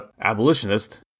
abolitionist